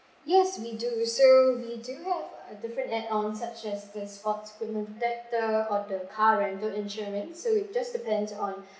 yes we do so we do have difference add ons such as the sport equipment protector or the car rental insurance so it will just depend on